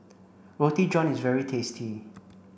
Roti John is very tasty